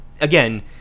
again